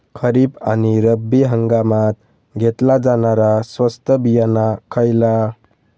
खरीप आणि रब्बी हंगामात घेतला जाणारा स्वस्त बियाणा खयला?